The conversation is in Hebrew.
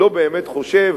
הוא לא באמת חושב.